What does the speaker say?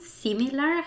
similar